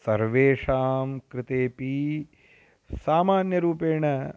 सर्वेषां कृतेपि सामान्यरूपेण